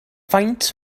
faint